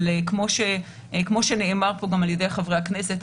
אבל כמו שנאמר פה גם ע"י חברי הכנסת,